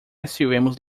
estivemos